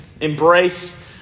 embrace